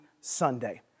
Sunday